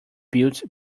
built